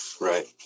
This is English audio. Right